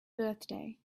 birthday